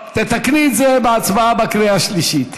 תתקני את זה בהצבעה בקריאה שלישית.